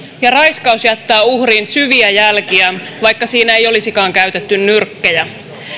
ja raiskaus jättää uhriin syviä jälkiä vaikka siinä ei olisikaan käytetty nyrkkejä